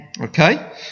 Okay